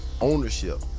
ownership